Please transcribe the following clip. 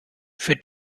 für